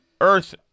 Earth